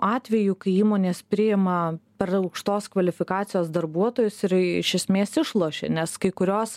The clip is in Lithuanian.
atvejų kai įmonės priima per aukštos kvalifikacijos darbuotojus ir iš esmės išlošia nes kai kurios